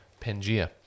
Pangea